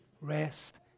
Rest